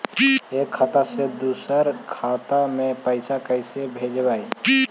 एक खाता से दुसर के खाता में पैसा कैसे भेजबइ?